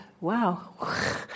wow